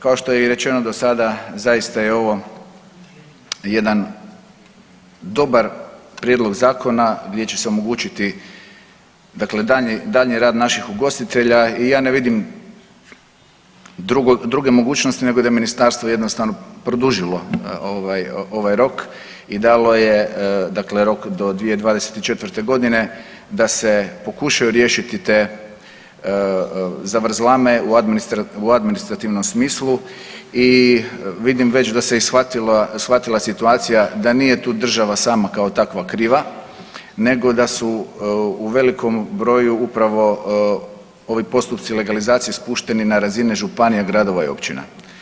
Kao što je i rečeno do sada zaista je ovo jedan dobar prijedlog zakona gdje će se omogućiti dakle daljnji, daljnji rad naših ugostitelja i ja ne vidim druge mogućnosti nego da je ministarstvo jednostavno produžilo ovaj, ovaj rok i dalo je dakle rok do 2024.g. da se pokušaju riješiti te zavrzlame u administrativnom smislu i vidim već da se i shvatila, shvatila situacija da nije tu država sama kao takva kriva nego da su u velikom broju upravo ovi postupci legalizacije spušteni na razine županija, gradova i općina.